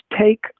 take